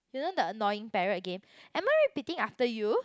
you know the annoying parrot again am I repeating after you